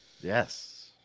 Yes